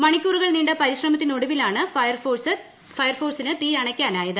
മണിക്കൂറുകൾ നീണ്ട പരിശ്രമത്തിനൊടുവിലാണ് ഫയർഫോഴ്സിന് തീയണക്കാനായത്